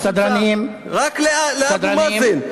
רק לאבו מאזן.